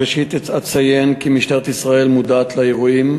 בראשית אציין כי משטרת ישראל מודעת לאירועים